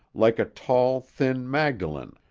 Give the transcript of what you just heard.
like a tall, thin magdalene,